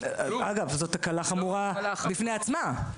אגב, זו תקלה חמורה בפני עצמה.